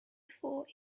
thought